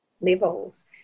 levels